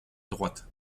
droite